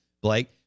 Blake